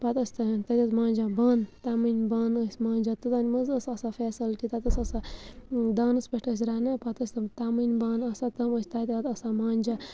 پَتہٕ ٲسۍ تَتٮ۪ن تَتہِ ٲس منجان بانہٕ تَمٕنۍ بانہٕ ٲسۍ مانٛجان توٚتام مہ حظ ٲس آسان فیسَلٹی تَتہِ ٲسۍ آسان دانَس پٮ۪ٹھ ٲسۍ رَنان پَتہٕ ٲسۍ تِم تَمٕنۍ بانہٕ آسان تِم ٲسۍ تَتٮ۪تھ آسان مانجان